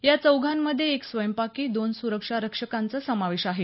या चौघांमध्ये एक स्वयंपाकी दोन सुरक्षा रक्षकांचा समावेश आहे